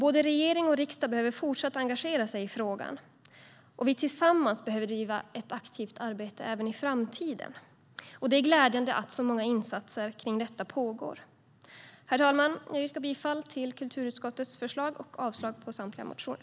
Både regering och riksdag behöver fortsatt engagera sig i frågan, och vi behöver tillsammans bedriva ett aktivt arbete även i framtiden. Det är glädjande att så många insatser för detta pågår. Herr talman! Jag yrkar bifall till kulturutskottets förslag och avslag på samtliga motioner.